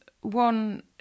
one